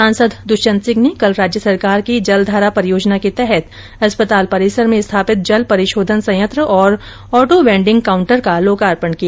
सांसद दुष्यन्त सिंह ने कल राज्य सरकार की जलधारा परियोजना के तहत अस्पताल परिसर में स्थापित जल परिशोधन संयंत्र और ऑटो वेंडिंग काउंटर का लोकार्पण किया